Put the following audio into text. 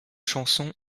chanson